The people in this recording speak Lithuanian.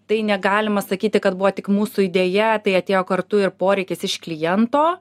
tai negalima sakyti kad buvo tik mūsų idėja tai atėjo kartu ir poreikis iš kliento